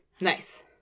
Nice